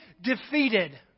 defeated